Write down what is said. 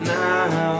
now